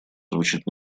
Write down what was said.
звучит